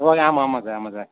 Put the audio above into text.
okay ஆமாம் ஆமாம் sir ஆமாம் சார்